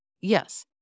Yes